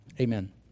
Amen